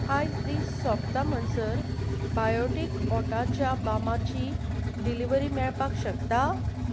आयज दीस सोंपता म्हणसर बायोटीक ओठांच्या बामाची डिलिव्हरी मेळपाक शकता